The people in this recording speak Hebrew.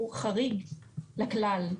הוא חריג לכלל.